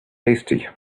hasty